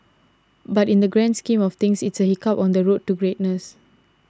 but in the grand scheme of things it's a hiccup on the road to greatness